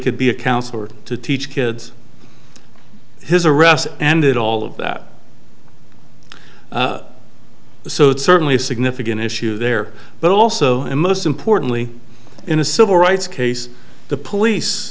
could be a counselor to teach kids his arrest and it all of that so it's certainly significant issue there but also and most importantly in a civil rights case the police